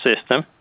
system